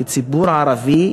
כציבור ערבי,